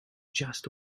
just